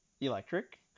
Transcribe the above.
electric